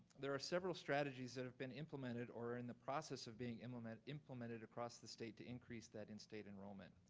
there are several strategies that have been implemented or in the process of being implemented implemented across the state to increase that in-state enrollment.